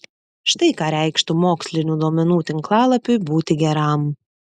štai ką reikštų mokslinių duomenų tinklalapiui būti geram